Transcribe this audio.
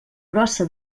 brossa